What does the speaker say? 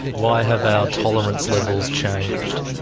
why have our tolerance levels changed?